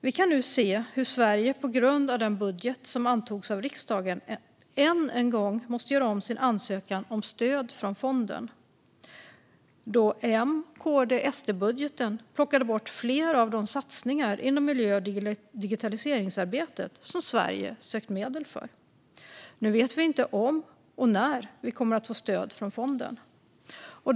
Vi kan nu se hur Sverige på grund av den budget som antogs av riksdagen än en gång måste göra om sin ansökan om stöd från fonden, då M-KD-SD-budgeten plockade bort flera av de satsningar inom miljö och digitaliseringsarbetet som Sverige sökt medel för. Nu vet vi inte om och när vi kommer att få stöd från fonden.